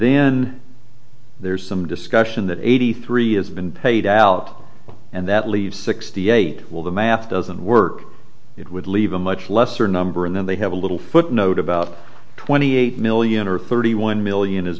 then there's some discussion that eighty three has been paid out and that leaves sixty eight well the math doesn't work it would leave a much lesser number and then they have a little footnote about twenty eight million or thirty one million has